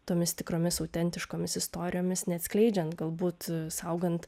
tomis tikromis autentiškomis istorijomis neatskleidžiant galbūt saugant